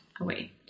away